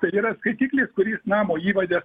tai ir yra skaitiklis kuris namo įvade